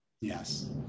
Yes